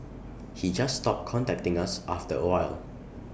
he just stopped contacting us after A while